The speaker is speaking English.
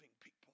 people